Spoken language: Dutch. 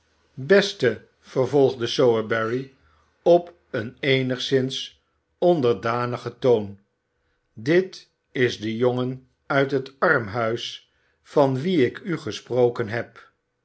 beste vervolgde sowerberry op een eenigszins onderdanigen toon dit is de jongen uit het armhuis van wien ik u gesproken heb